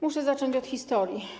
Muszę zacząć od historii.